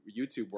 youtube